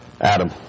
Adam